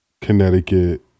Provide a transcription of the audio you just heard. Connecticut